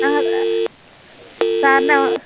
സാറിന്